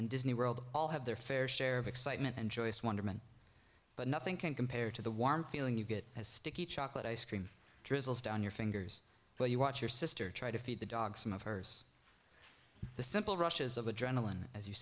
and disney world all have their fair share of excitement and joyous wonderment but nothing can compare to the warm feeling you get as sticky chocolate ice cream drizzles down your fingers while you watch your sister try to feed the dog some of hers the simple rushes of adrenaline as you